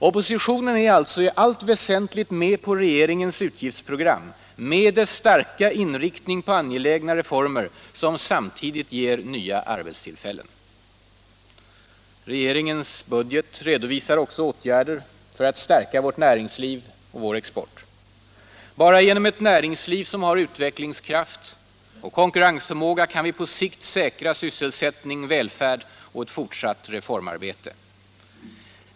Oppositionen är alltså i allt väsentligt med på regeringens utgiftsprogram, med dess starka inriktning på angelägna reformer som samtidigt ger nya arbetstillfällen. Regeringens budget redovisar också åtgärder för att stärka vårt näringsliv och vår export. Bara genom ett näringsliv som har utvecklingskraft och konkurrensförmåga kan vi på sikt säkra sysselsättning, välfärd och ett fortsatt reformarbete.